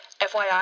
FYI